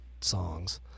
songs